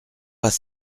pas